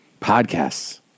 Podcasts